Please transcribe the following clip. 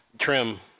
Trim